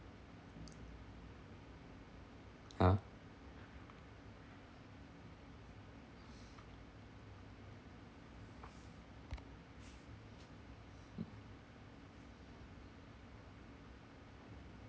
!huh!